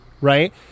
right